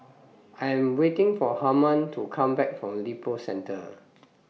I'm waiting For Harman to Come Back from Lippo Centre